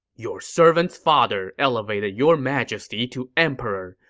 your servant's father elevated your majesty to emperor.